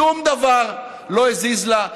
שום דבר לא הזיז לה.